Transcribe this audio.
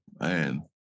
man